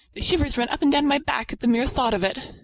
shivers run up and down my back at the mere thought of it.